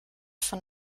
von